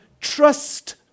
trust